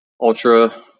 ultra